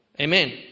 Amen